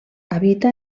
habita